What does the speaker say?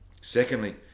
Secondly